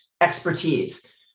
expertise